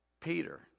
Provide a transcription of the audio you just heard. Peter